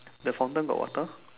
the fountain got water